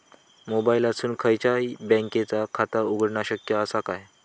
मोबाईलातसून खयच्याई बँकेचा खाता उघडणा शक्य असा काय?